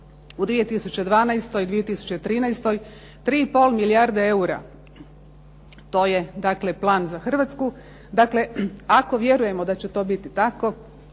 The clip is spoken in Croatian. u 2012. i 2013. 3,5 milijarde eura, to je dakle plan za Hrvatsku. Dakle, ako vjerujemo da će to biti tako